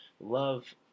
Love